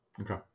Okay